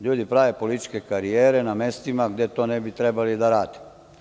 LJudi prave političke karijere na mestima gde to ne bi trebali da rade.